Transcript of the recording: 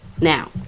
Now